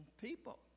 people